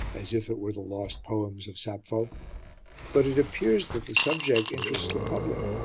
as if it were the lost poems of sappho but it appears that the subject interests the public,